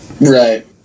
Right